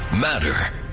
matter